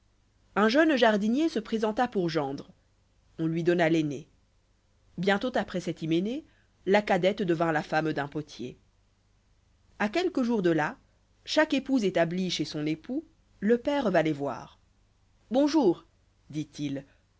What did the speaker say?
un jeune jardinier se présenta pour gendre on lui donna l'aînée bientôt après cet hyménée la cadette devint la femme d'un potier a quelques jours de là chaque épouse établie chez son époux le père va les voir bon jour dit-il